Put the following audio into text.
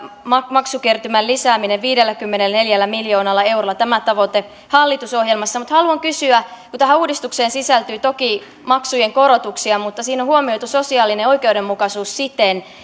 maksukertymän lisääminen viidelläkymmenelläneljällä miljoonalla eurolla tämä tavoite on hallitusohjelmassa mutta haluan kysyä kun tähän uudistukseen sisältyi toki maksujen korotuksia mutta siinä on huomioitu sosiaalinen oikeudenmukaisuus siten